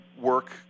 work